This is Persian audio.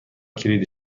کلید